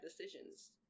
decisions